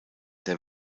der